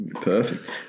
Perfect